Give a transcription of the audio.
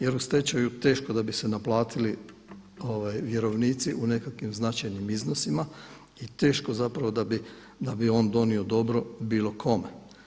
Jer u stečaju teško da bi se naplatili vjerovnici u nekakvim značajnim iznosima i teško zapravo da bi on donio dobro bilo kome.